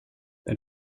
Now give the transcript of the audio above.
then